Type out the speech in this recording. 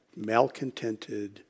malcontented